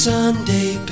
Sunday